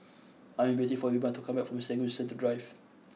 I am waiting for Wilma to come back from Serangoon Central Drive